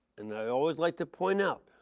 and i always like to point out,